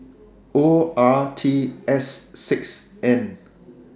O R T S six N